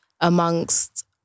amongst